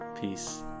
peace